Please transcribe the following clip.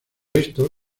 esto